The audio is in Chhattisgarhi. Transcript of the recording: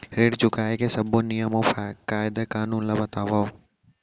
ऋण चुकाए के सब्बो नियम अऊ कायदे कानून ला बतावव